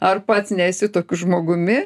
ar pats nesi tokiu žmogumi